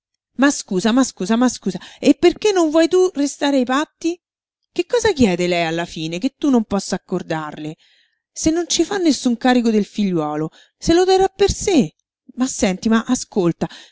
ma scusa ma scusa ma scusa e perché non vuoi tu restare ai patti che cosa chiede lei alla fine che tu non possa accordarle se non ci fa nessun carico del figliuolo se lo terrà per sé ma senti ma ascolta